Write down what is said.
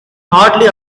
hardly